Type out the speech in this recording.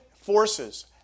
forces